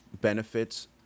benefits